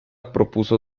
propuso